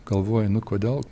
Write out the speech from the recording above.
galvoji nu kodėl